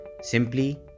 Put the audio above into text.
simply